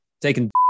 Taking